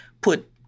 put